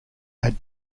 had